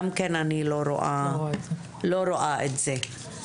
גם כן אני לא רואה את זה.